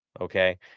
okay